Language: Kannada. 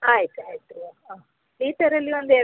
ಆಯ್ತು ಆಯಿತು ಹಾಂ ಲೀಟರಲ್ಲಿ ಒಂದು ಎರಡು